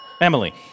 Emily